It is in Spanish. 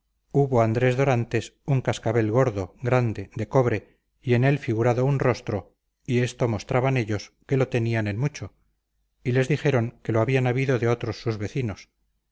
hubo andrés dorantes un cascabel gordo grande de cobre y en él figurado un rostro y esto mostraban ellos que lo tenían en mucho y les dijeron que lo habían habido de otros sus vecinos